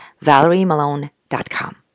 ValerieMalone.com